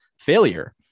failure